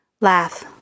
Laugh